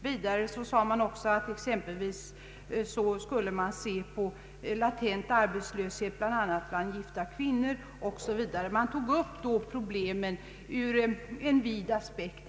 Vidare skulle den latenta arbetslösheten bland gifta kvinnor undersökas osv. Problemen togs i det sammanhanget upp ur en vid aspekt.